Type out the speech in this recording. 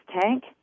tank